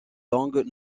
langues